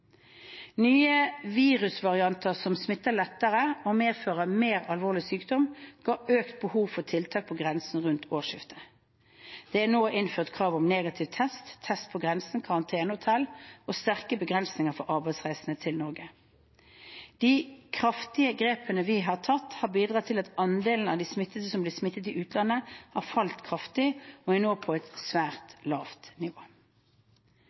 Nye virusvarianter som smitter lettere og medfører mer alvorlig sykdom, ga økt behov for tiltak på grensen rundt årsskiftet. Det er nå innført krav om negativ test, testing på grensen, karantenehotell og sterke begrensninger for arbeidsreisende til Norge. De kraftige grepene vi har tatt, har bidratt til at andelen av de smittede som er blitt smittet i utlandet, har falt kraftig og er nå på et svært lavt nivå.